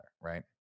right